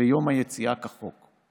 ויום היציאה כחוק.